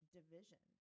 division